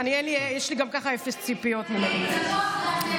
יש לי גם ככה אפס ציפיות, תנוח דעתך.